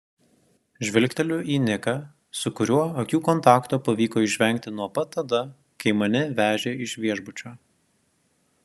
žvilgteliu į niką su kuriuo akių kontakto pavyko išvengti nuo pat tada kai mane vežė iš viešbučio